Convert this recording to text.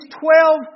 twelve